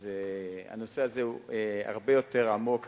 אז הנושא הזה הוא הרבה יותר עמוק,